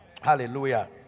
Hallelujah